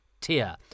Tier